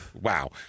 wow